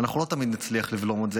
אנחנו לא תמיד נצליח לבלום את זה.